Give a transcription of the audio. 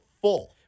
full